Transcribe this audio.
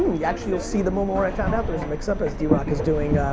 yeah actually you'll see the moment where i found out there was a mix up, as drock is doing